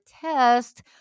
test